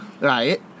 right